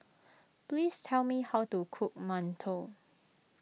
please tell me how to cook Mantou